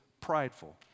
prideful